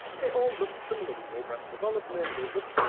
they all looked similarly. no breast development, they looked.